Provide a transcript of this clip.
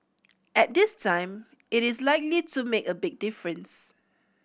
and this time it is likely to make a big difference